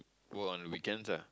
go out on weekends ah